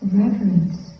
reverence